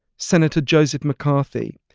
senator joseph mccarthy,